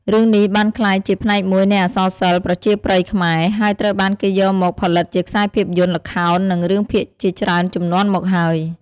រឿងនេះបានក្លាយជាផ្នែកមួយនៃអក្សរសិល្ប៍ប្រជាប្រិយខ្មែរ ហើយត្រូវបានគេយកមកផលិតជាខ្សែភាពយន្ត ល្ខោន និងរឿងភាគជាច្រើនជំនាន់មកហើយ។